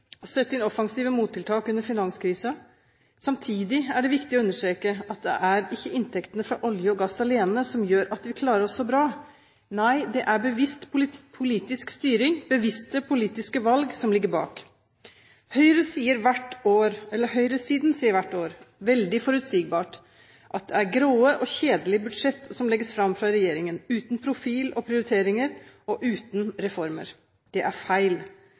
sette inn offensive mottiltak under finanskrisen. Samtidig er det viktig å understreke at det ikke er inntektene fra olje og gass alene som gjør at vi klarer oss så bra. Nei, det er bevisst politisk styring, bevisste politiske valg, som ligger bak. Høyresiden sier hvert år – veldig forutsigbart – at det er grå og kjedelige budsjett som legges fram fra regjeringen, uten profil og prioriteringer og uten reformer. Det er feil.